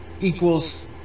equals